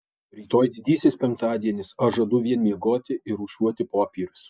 rytoj didysis penktadienis aš žadu vien miegoti ir rūšiuoti popierius